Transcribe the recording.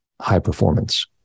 high-performance